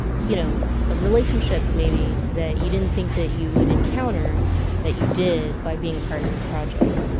you know ah relationships maybe that you didn't think that you would encounter that you did by being a part of this project